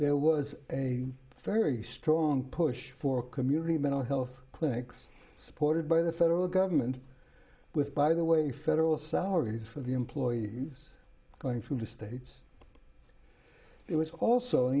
there was a very strong push for community mental health clinics supported by the federal government with by the way federal salaries for the employees going from the states it was also an